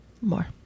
More